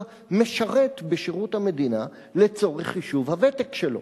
משרת בשירות המדינה לצורך חישוב הוותק שלו.